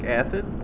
acid